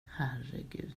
herregud